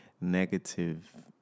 negative